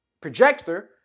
projector